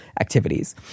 activities